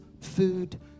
food